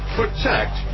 protect